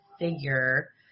figure